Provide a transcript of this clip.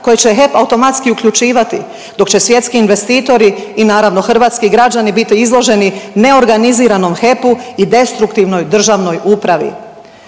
koje će HEP automatski uključivati dok će svjetski investitori i naravno hrvatski građani biti izloženi neorganiziranom HEP-u i destruktivnoj državnoj upravi.